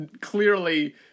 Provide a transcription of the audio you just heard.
clearly